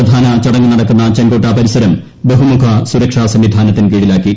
പ്രധാന ചടങ്ങു നടക്കുന്ന ചെങ്കോട്ട പരിസരം ബഹുമുഖ സുരക്ഷാ സംവിധാനത്തിൻ കീഴിലാക്കി